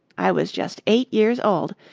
i was just eight years old,